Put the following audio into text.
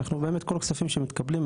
אנחנו באמת כל הכספים שמתקבלים,